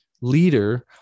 leader